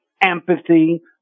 empathy